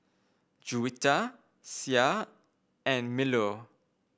Juwita Syah and Melur